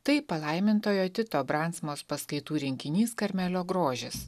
tai palaimintojo tito branksmos paskaitų rinkinys karmelio grožis